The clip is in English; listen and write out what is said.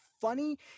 funny